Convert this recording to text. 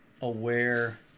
aware